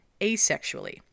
asexually